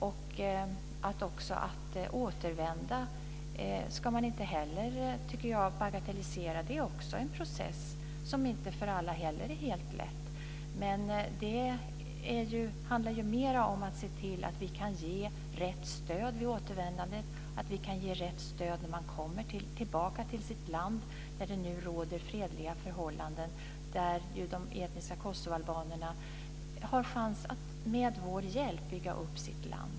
Jag tycker inte heller att man ska bagatellisera återvändandet. Det är också en process som inte är helt lätt för alla. Men det handlar ju mer om att se till att vi kan ge rätt stöd vid återvändandet, att vi kan ge rätt stöd när de kommer tillbaka till sitt land där det nu råder fredliga förhållanden och där de etniska kosovoalbanerna har chans att med vår hjälp bygga upp sitt land.